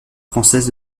française